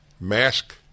mask